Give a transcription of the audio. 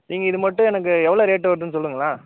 நீங்கள் இது மட்டும் எனக்கு எவ்வளோ ரேட் வருதுன்னு சொல்லுங்களேன்